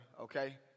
okay